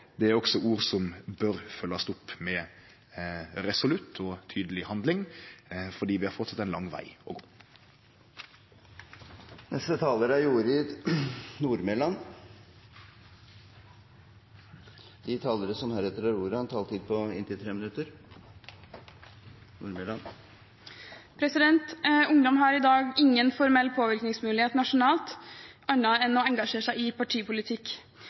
er ord som bør følgjast opp med resolutt og tydeleg handling, for vi har framleis ein lang veg å gå. De talere som heretter får ordet, har en taletid på inntil 3 minutter. Ungdom har i dag ingen annen formell påvirkningsmulighet nasjonalt enn å engasjere seg i partipolitikk.